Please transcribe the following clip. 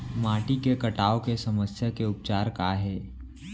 माटी के कटाव के समस्या के उपचार काय हे?